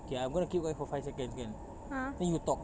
okay I'm going to kill mine for five seconds kan then you talk